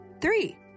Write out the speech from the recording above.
three